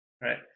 right